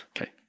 Okay